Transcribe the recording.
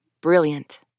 Brilliant